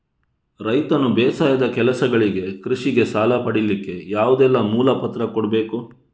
ರೈತನು ಬೇಸಾಯದ ಕೆಲಸಗಳಿಗೆ, ಕೃಷಿಗೆ ಸಾಲ ಪಡಿಲಿಕ್ಕೆ ಯಾವುದೆಲ್ಲ ಮೂಲ ಪತ್ರ ಕೊಡ್ಬೇಕು?